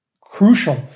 Crucial